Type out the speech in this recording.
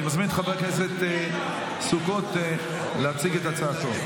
אני מזמין את חבר הכנסת סוכות להציג את הצעתו.